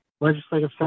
legislative